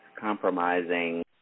compromising